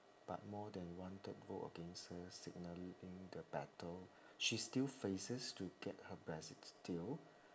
but more than one third vote against her signalling the battle she still faces to get her brexit deal